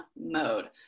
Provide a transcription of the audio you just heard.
mode